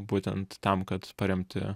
būtent tam kad paremti